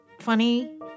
funny